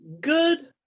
Good